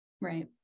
Right